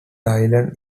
island